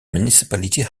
municipality